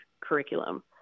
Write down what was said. curriculum